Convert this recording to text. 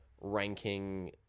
ranking